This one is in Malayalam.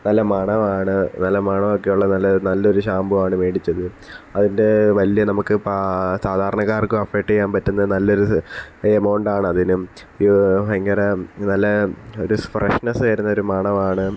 നല്ല മണമാണ് നല്ല മണമൊക്കെ ഉള്ള നല്ല നല്ലൊരു ഷാമ്പു ആണ് മേടിച്ചത് അതിൻ്റെ വലിയ നമുക്ക് പാ സാദാരണക്കാർക്കും അഫേർട്ട് ചെയ്യാൻ പറ്റുന്ന നല്ലൊരിത് എമൗണ്ട് ആണ് അതിനും ഭയങ്കര നല്ല ഒരു ഫ്രഷ്നെസ്സ് തരുന്ന ഒരു മണമാണ്